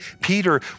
Peter